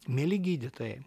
mieli gydytojai